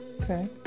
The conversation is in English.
okay